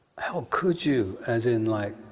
how could you? as in like.